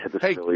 Hey